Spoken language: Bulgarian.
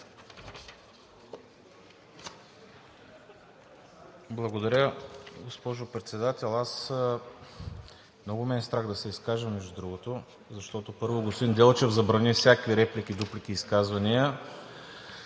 Благодаря, госпожо Председател. Много ме е страх да се изкажа, между другото, защото, първо, господин Делчев забрани всякакви реплики, дуплики и изказвания,